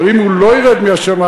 אבל אם הוא לא ירד מהשמים,